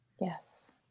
Yes